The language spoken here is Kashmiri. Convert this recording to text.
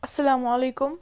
اَسَلامُ علیکُم